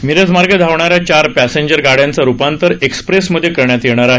मिरज मार्गे धावणाऱ्या चार पॅसेंजर गाइयांचे रुपांतर एक्सप्रेसमध्ये करण्यात येणार आहे